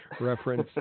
reference